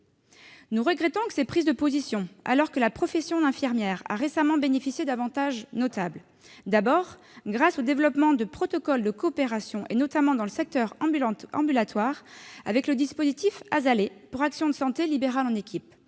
Nous regrettons ces prises de position, alors que la profession infirmière a récemment bénéficié d'avantages notables. D'abord, grâce au développement de protocoles de coopération, notamment dans le secteur ambulatoire, avec le dispositif Asalée, ou action de santé libérale en équipe.